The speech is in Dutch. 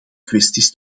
kwesties